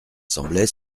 semblait